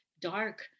dark